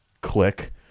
Click